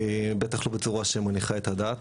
בטח לא בצורה שמניחה את הדעת.